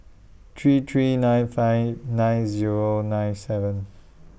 three three nine five nine Zero nine seven